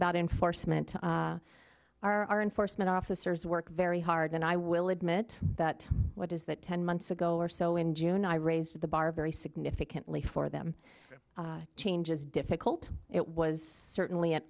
about enforcement our enforcement officers work very hard and i will admit that what is that ten months ago or so in june i raised the bar very significantly for them change is difficult it was certainly an